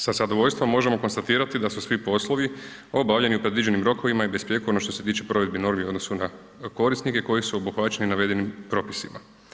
Sa zadovoljstvom možemo konstatirati da su svi poslovi obavljeni u predviđenim rokovima i besprijekorno što se tiče provedbi normi u odnosu na korisnike koji su obuhvaćeni navedenim propisima.